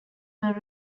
were